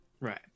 Right